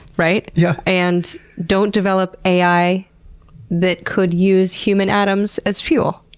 right? yeah and, don't develop ai that could use human atoms as fuel.